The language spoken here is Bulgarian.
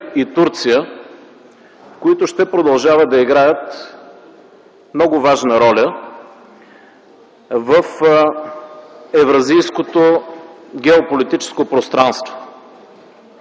и Турция, които ще продължават да играят много важна роля в Евразийското геополитическо пространство.